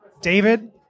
David